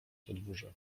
podwórze